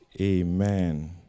Amen